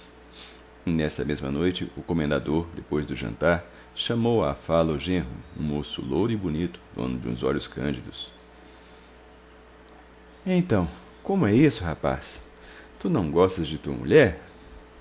e nessa mesma noite o comendador depois do jantar chamou à fala o genro um moço louro e bonito dono de uns olhos cândidos então como é isso rapaz tu não gostas de tua mulher